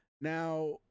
Now